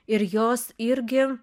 ir jos irgi